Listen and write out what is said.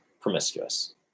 promiscuous